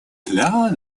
для